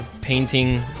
painting